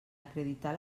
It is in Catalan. acreditar